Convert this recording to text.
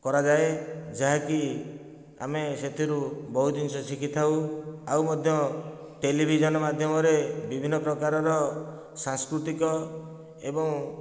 କରାଯାଏ ଯାହାକି ଆମେ ସେଥିରୁ ବହୁତ ଜିନିଷ ଶିଖିଥାଉ ଆଉ ଆଉ ମଧ୍ୟ ଟେଲିଭିଜନ ମାଧ୍ୟମରେ ବିଭିନ୍ନ ପ୍ରକାରର ସାଂସ୍କୃତିକ ଏବଂ